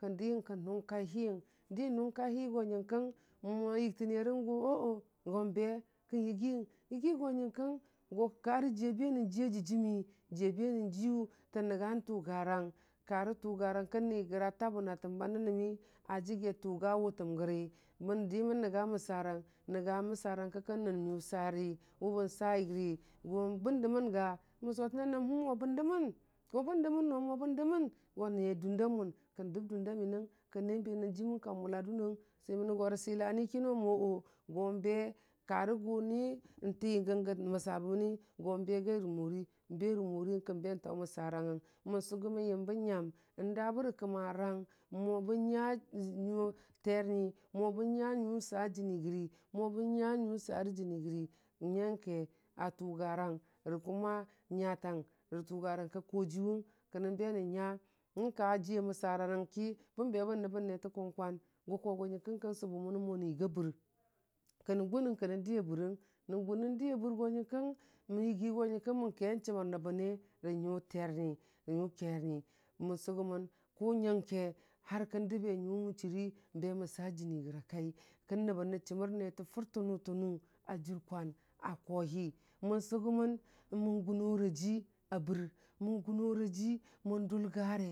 Kən dəyəng kən nʊng kai hiyəng di nʊng kai hiyəng ko nyənkəng mo n yəktə nerəng go ooo be, kən yəgiyəng, yəgi ko nyən kəng go karə jiya be nənjin nʊra dəjimmi, jiya ba nən jiyʊ tə nənga tʊgurang karə tʊgurung kə nigəra tun təm ba nənəm a jəge tʊga wʊtəm gəri mən di mən nənga məsarang nənya məsarang kə kən nən nyu sari wʊbən rəgi go bən dəmən ga kəmə sʊtənnə nəmhəm mo bən dəmən go bəm dəmən no bən dəmən go nəye dʊnda mʊn, kən dəb dʊnda miməng kən na banangə məng ka mʊta dʊnʊng, swimənəyo fə sibini kəno mo ooo go be karə gʊni ti gw ga məsa bəbəni go begai rə mori, be rə moriyəng kə be təʊ məsarangəng, mən sʊ gʊmən yəmbə nyam, dabərə kə murang mo bən nya nyu terni, mo ən nya nyu suu jəni gəri, mo bən nya nyu sarə jəni rəgəki nyanka a tʊgarang rə nyatang rə tʊga rang ka ta jiyʊwʊng kə nən bə nən nyu mən ka jiya məsarang ki bən be bən nəbən netə kwakwan gʊ ko go nyenkəng kən sʊbəbənə mo nən yəta bər, kənəng gʊnəng kənəng jiya bərəng, nən gun nən diya bər go nyən kəng, nən yigi go nyənkəng mən ke chən mər nəhənnə rə nyu tʊrni "nyu tʊrni" mən sʊgʊmən kʊ nyənke hur kən dəbe nyu mən chʊri be mən sa jəni rəya kai, kən nəbən rə chəmər netə fʊrtə nʊ tə nʊ a jər kwan a kooli mən sʊgʊmən, mən gʊnoraji a bər gunpraji mən dulga re mən nənga.